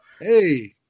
Hey